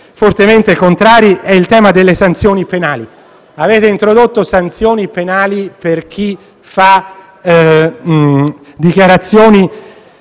fortemente contrari: il tema delle sanzioni penali. Avete introdotto sanzioni penali per chi rende dichiarazioni